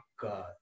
god